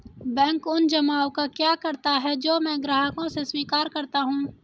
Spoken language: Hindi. बैंक उन जमाव का क्या करता है जो मैं ग्राहकों से स्वीकार करता हूँ?